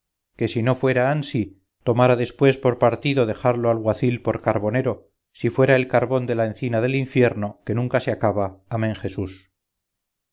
que si no fuera ansí tomara después por partido dejar lo alguacil por carbonero si fuera el carbón de la encina del infierno que nunca se acaba amén jesús